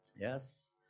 yes